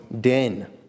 den